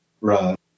Right